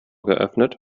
geöffnet